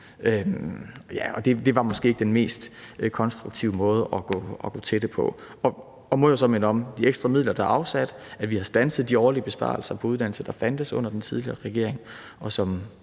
det var måske ikke den mest konstruktive måde at gå til det på. Og må jeg så minde om de ekstra midler, der er afsat, og at vi har standset de årlige besparelser på uddannelse, der fandt sted under den tidligere regering, som,